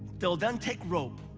they'll then take rope,